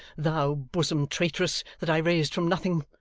thou bosom traitress that i raised from nothing!